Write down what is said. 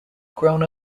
grown